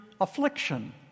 affliction